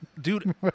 dude